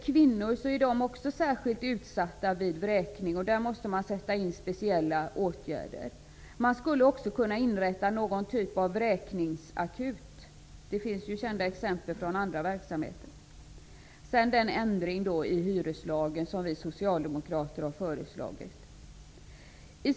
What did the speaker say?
Kvinnor är särskilt utsatta vid vräkning, därför måste speciella åtgärder sättas in för dem. Man skulle också kunna inrätta någon typ av vräkningsakut. Det finns kända exempel från andra verksamheter. En ändring i hyreslagen, något som vi socialdemokrater har föreslagit, är också en åtgärd som kan sättas in.